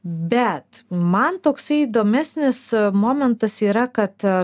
bet man toksai įdomesnis momentas yra kad